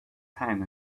time